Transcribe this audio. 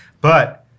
But-